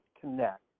connect